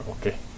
Okay